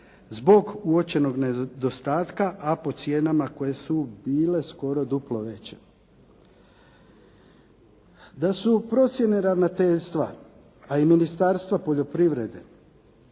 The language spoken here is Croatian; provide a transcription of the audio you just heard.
zbog uočenog nedostatka, a po cijenama koje su bile skoro duplo veće. Da su procjene ravnateljstva, a i Ministarstva poljoprivrede